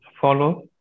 follow